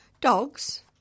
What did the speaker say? Dogs